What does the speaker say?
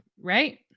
right